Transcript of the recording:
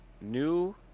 new